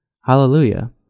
Hallelujah